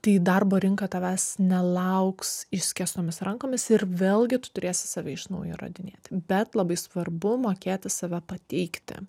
tai darbo rinka tavęs nelauks išskėstomis rankomis ir vėlgi tu turėsi save iš naujo įrodinėti bet labai svarbu mokėti save pateikti